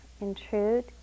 intrude